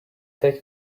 take